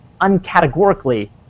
uncategorically